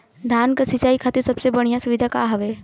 धान क सिंचाई खातिर सबसे बढ़ियां सुविधा का हवे?